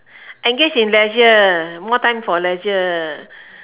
engage in leisure more time for leisure